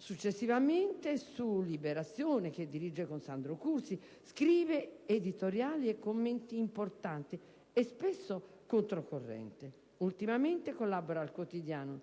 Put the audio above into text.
Successivamente, su "Liberazione", che dirige con Sandro Curzi, scrive editoriali molto importanti, spesso controcorrente. Ultimamente collabora alla testata